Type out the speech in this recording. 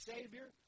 Savior